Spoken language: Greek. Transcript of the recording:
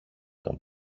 τον